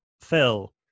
Phil